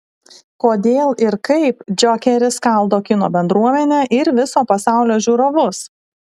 kodėl ir kaip džokeris skaldo kino bendruomenę ir viso pasaulio žiūrovus